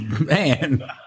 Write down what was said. man